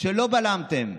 שלא בלמתם,